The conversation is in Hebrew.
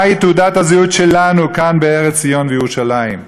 מהי תעודת הזהות שלנו כאן בארץ ציון וירושלים?